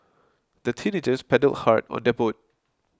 the teenagers paddled hard on their boat